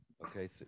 Okay